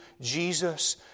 Jesus